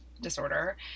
disorder